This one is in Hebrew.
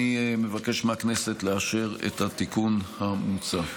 אני מבקש מהכנסת לאשר את התיקון המוצע.